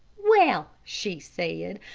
well, she said,